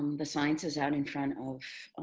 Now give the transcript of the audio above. the science is out in front of